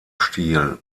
stil